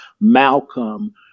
Malcolm